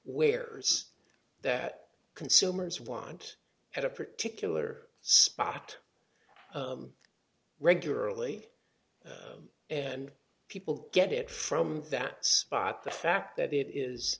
where's that consumers want at a particular spot regularly and people get it from that spot the fact that it is